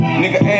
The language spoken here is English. nigga